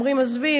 אומרים: עזבי,